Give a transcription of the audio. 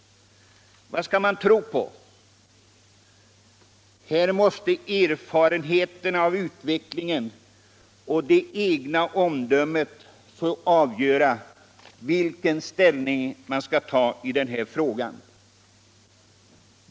Vad skall man tro på? Här måste erfarenheterna, utvecklingen och det egna omdömet få avgöra vilken ställning man skall inta i den frågan.